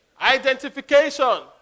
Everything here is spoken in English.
Identification